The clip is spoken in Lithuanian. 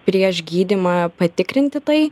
prieš gydymą patikrinti tai